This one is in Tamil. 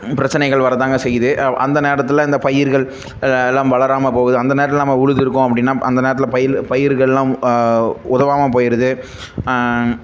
பிரச்சனைகள் வர தான்ங்க செய்யுது அந்த நேரத்தில் இந்த பயிர்கள் எல்லாம் வளராமல் போகுது அந்த நேரத்தில் நம்ம உழுதுருக்கோம் அப்படின்னா அந்த நேரத்தில் பயிர் பயிர்கள்லாம் உதவாமல் போய்ருது